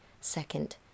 second